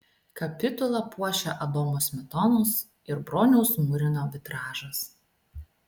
kapitulą puošią adomo smetonos ir broniaus murino vitražas